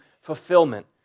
fulfillment